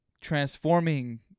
transforming